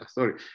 Sorry